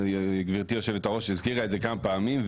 גם גברתי היו"ר הזכירה את זה כמה פעמים,